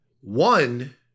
One